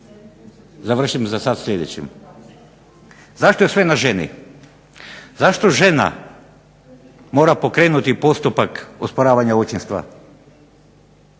završim zasad sa sljedećim. Zašto je sve na ženi? Zašto žena mora pokrenuti postupak osporavanja očinstva